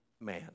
man